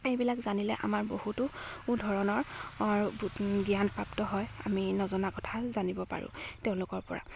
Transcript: এইবিলাক জানিলে আমাৰ বহুতো ধৰণৰ জ্ঞান প্ৰাপ্ত হয় আমি নজনা কথা জানিব পাৰোঁ তেওঁলোকৰ পৰা